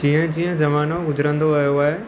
जीअं जीअं ज़मानो गुज़रींदो वियो आहे